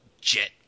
Jet